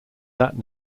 that